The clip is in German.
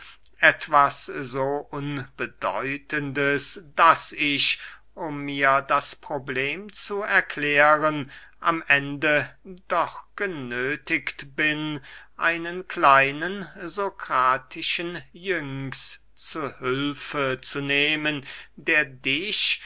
etwas so unbedeutendes daß ich um mir das problem zu erklären am ende doch genöthiget bin einen kleinen sokratischen iynx zu hülfe zu nehmen der dich